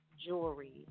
jewelry